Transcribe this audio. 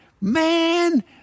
Man